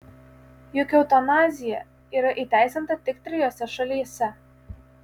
juk eutanazija yra įteisinta tik trijose šalyse